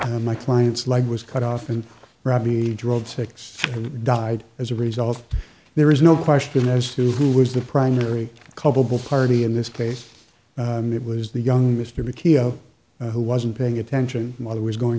i my clients like was cut off and robbie drove six died as a result there is no question as to who was the primary culpable party in this case it was the young mr makiya who wasn't paying attention mother was going